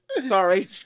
Sorry